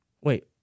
Wait